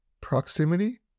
proximity